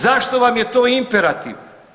Zašto vam je to imperativ?